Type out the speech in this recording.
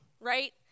right